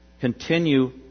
continue